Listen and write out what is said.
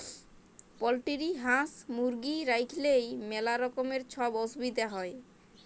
poultry হাঁস, মুরগি রাইখলেই ম্যালা রকমের ছব অসুবিধা হ্যয়